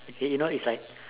okay you know it's like